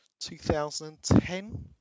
2010